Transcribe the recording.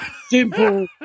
Simple